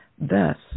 thus